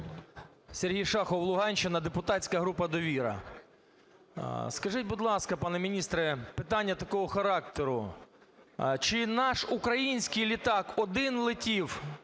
Сергій Шахов, Луганщина, депутатська група "Довіра". Скажіть, будь ласка, пане міністре, питання такого характеру. Чи наш український літак один летів